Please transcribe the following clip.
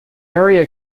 area